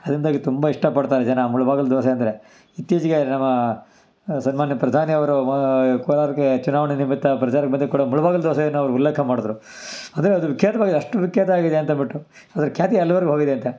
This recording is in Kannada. ಅದರಿಂದಾಗಿ ತುಂಬ ಇಷ್ಟಪಡ್ತಾರೆ ಜನ ಮುಳುಬಾಗಿಲು ದೋಸೆ ಅಂದರೆ ಇತ್ತೀಚಿಗೆ ನಮ್ಮ ಸನ್ಮಾನ್ಯ ಪ್ರಧಾನಿ ಅವರು ಕೋಲಾರಕ್ಕೆ ಚುನಾವಣೆ ನಿಮಿತ್ತ ಪ್ರಚಾರಕ್ಕೆ ಬಂದಾಗ ಕೂಡ ಮುಳುಬಾಗಿಲು ದೋಸೆನ ಅವರು ಉಲ್ಲೇಖ ಮಾಡಿದ್ರು ಅಂದರೆ ಅದು ವಿಖ್ಯಾತವಾಗಿದೆ ಅಷ್ಟು ವಿಖ್ಯಾತ ಆಗಿದೆ ಅಂತದ್ಬಿಟ್ಟು ಅದರ ಖ್ಯಾತಿ ಎಲ್ಲಿವರೆಗೂ ಹೋಗಿದೆ ಅಂತೆ